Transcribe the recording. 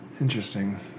Interesting